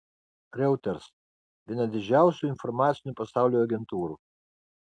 reuters viena didžiausių informacinių pasaulio agentūrų